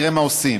נראה מה עושים,